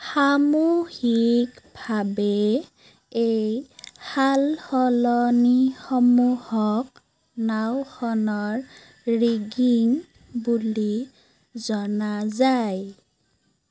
সামূহিকভাৱে এই সাল সলনিসমূহক নাওঁখনৰ ৰিগিং বুলি জনা যায়